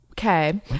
Okay